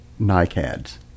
NICADs